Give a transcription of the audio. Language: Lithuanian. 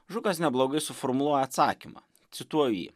žukas neblogai suformuluoja atsakymą cituoju jį